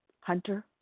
Hunter